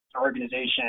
organization